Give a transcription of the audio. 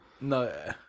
No